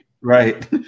Right